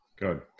Good